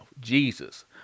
Jesus